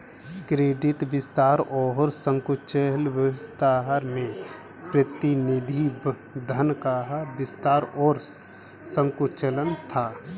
credit विस्तार और संकुचन वास्तव में प्रतिनिधि धन का विस्तार और संकुचन था